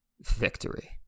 Victory